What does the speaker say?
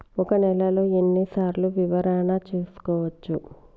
ఒక నెలలో ఎన్ని సార్లు వివరణ చూసుకోవచ్చు?